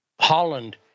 Holland